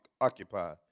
occupy